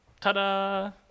Ta-da